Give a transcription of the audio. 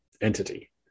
entity